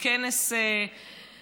והיה כנס מקצועי,